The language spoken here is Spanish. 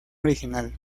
original